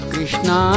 Krishna